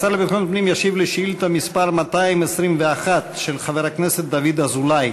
השר לביטחון פנים ישיב על שאילתה מס' 221 של חבר הכנסת דוד אזולאי.